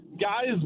guys